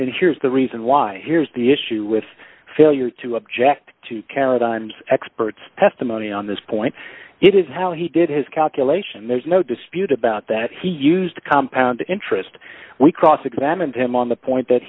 and here's the reason why here's the issue with failure to object to caroline's experts testimony on this point it is how he did his calculation there's no dispute about that he used compound interest we cross examined him on the point that